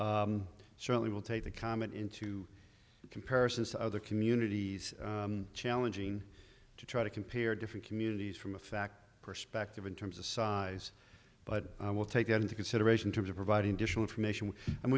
certainly will take the comment into comparisons to other communities challenging to try to compare different communities from a fact perspective in terms of size but i will take that into consideration terms of providing additional information and